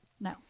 No